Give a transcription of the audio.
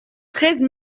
treize